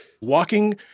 walking